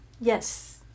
Yes